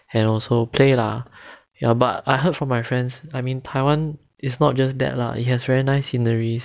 and also play lah ya but I heard from my friends I mean taiwan it's not just that lah it has very nice sceneries before never leh where whereas